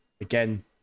Again